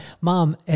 Mom